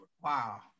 Wow